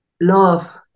love